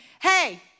Hey